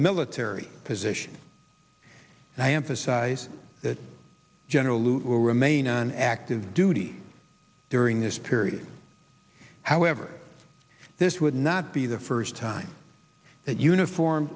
military position and i emphasize that general lute will remain on active duty during this period however this would not be the first time that uniform